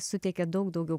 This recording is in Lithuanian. suteikia daug daugiau